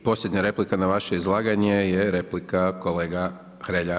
I posljednja replika na vaše izlaganje je replika kolega Hrelja.